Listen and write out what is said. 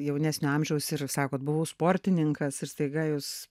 jaunesnio amžiaus ir sakot buvau sportininkas ir staiga jūs